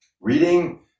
Reading